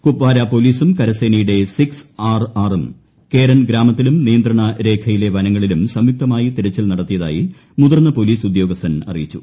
കുപ്വാര പോലീസും കരസേനയുടെ six R ആറും കേരൻ ഗ്രാമത്തിലും നിയന്ത്രണരേഖയിലെ വനങ്ങളിലും സംയൂക്തമായി തിരച്ചിൽ നടത്തിയതായി മുതിർന്ന പോലീസ് ഉദ്യോഗസ്ഥൻ അറിയിച്ചു